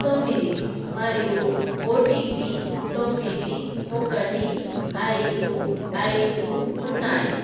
తొమ్మిది మరియు ఓటీపి తొమ్మిది ఒకటి ఐదు ఐదు ఉన్నాయి